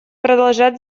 продолжать